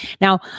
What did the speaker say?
Now